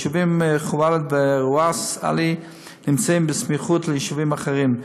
היישובים ח'וואלד וראס עלי נמצאים בסמיכות ליישובים אחרים,